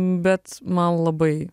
bet man labai